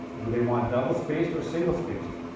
do they want double-spaced or single-spaced?